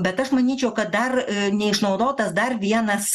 bet aš manyčiau kad dar neišnaudotas dar vienas